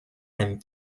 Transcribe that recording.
and